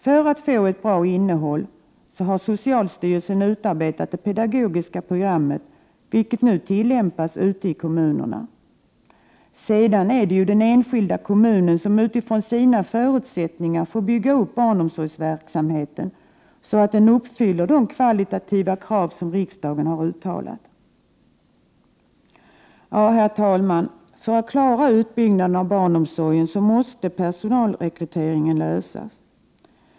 För att få ett bra innehåll har socialstyrelsen utarbetat det pedagogiska programmet, vilket nu tillämpas ute i kommunerna. Därefter är det den enskilda kommunen som utifrån sina förutsättningar får bygga upp barnomsorgsverksamheten så att den uppfyller de kvalitativa krav som riksdagen uttalat. Herr talman! För att klara utbyggnaden av barnomsorgen måste också Prot. 1988/89:96 problemen med personalrekryteringen lösas.